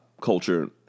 culture